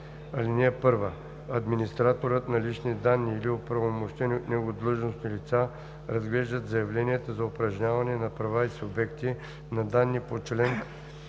1: „(1) Администраторът на лични данни или оправомощени от него длъжностни лица разглеждат заявленията за упражняване на права от субектите на данни по чл.